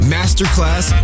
Masterclass